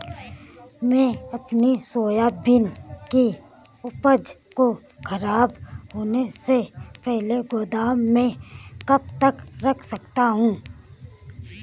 मैं अपनी सोयाबीन की उपज को ख़राब होने से पहले गोदाम में कब तक रख सकता हूँ?